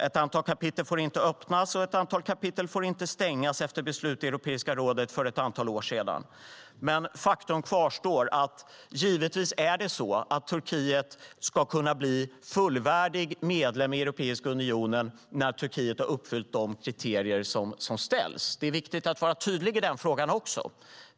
Ett antal kapitel får inte öppnas och ett antal kapitel får inte stängas efter beslut i Europeiska rådet för ett antal år sedan. Men faktum kvarstår att Turkiet givetvis ska kunna bli fullvärdig medlem i Europeiska unionen när Turkiet har uppfyllt de kriterier som ställs. Det är viktigt att vara tydlig i den frågan också.